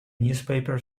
newspaper